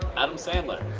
adam sandler.